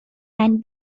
and